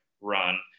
run